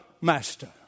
master